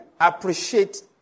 appreciate